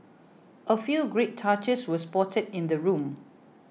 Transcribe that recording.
a few great touches we spotted in the room